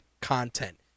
content